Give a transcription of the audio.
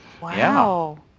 Wow